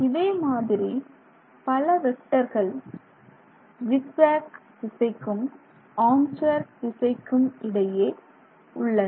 இதே மாதிரி பல வெக்டர்கள் ஜிக் ஜேக் திசைக்கும் ஆர்ம் சேர் திசைக்கும் இடையே உள்ளன